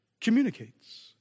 communicates